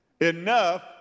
Enough